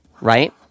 right